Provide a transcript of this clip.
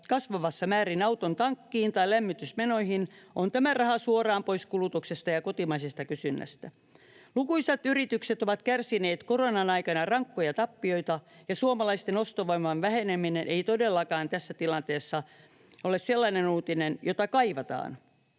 kasvavassa määrin auton tankkiin tai lämmitysmenoihin, on tämä raha suoraan pois kulutuksesta ja kotimaisesta kysynnästä. Lukuisat yritykset ovat kärsineet koronan aikana rankkoja tappioita, ja suomalaisten ostovoiman väheneminen ei todellakaan tässä tilanteessa ole sellainen uutinen, jota kaivataan.